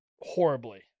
horribly